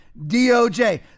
DOJ